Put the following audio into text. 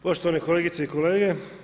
Poštovane kolegice i kolege.